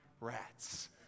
rats